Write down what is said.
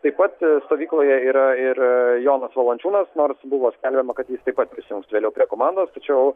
taip pat stovykloje yra ir jonas valančiūnas nors buvo skelbiama kad jis taip pat prisijungs vėliau prie komandos tačiau